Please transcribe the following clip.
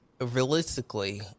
realistically